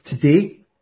Today